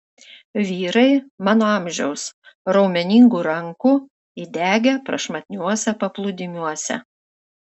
vyrai mano amžiaus raumeningų rankų įdegę prašmatniuose paplūdimiuose